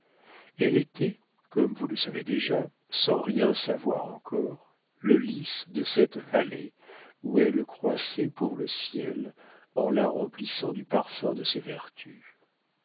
elle était comme vous le savez déjà sans rien savoir encore le lys de cette vallée où elle croissait pour le ciel en la remplissant du parfum de ses vertus